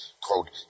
quote